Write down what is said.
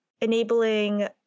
enabling